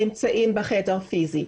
נמצאים בחדר פיזית.